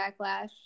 backlash